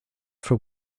for